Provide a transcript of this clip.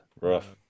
Rough